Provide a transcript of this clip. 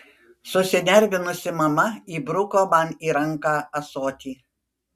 susinervinusi mama įbruko man į ranką ąsotį